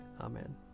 Amen